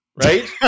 right